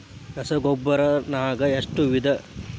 ರಸಗೊಬ್ಬರ ನಾಗ್ ಎಷ್ಟು ವಿಧ?